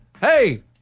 hey